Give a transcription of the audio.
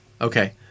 Okay